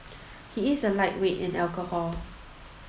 he is a lightweight in alcohol